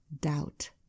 doubt